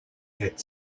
had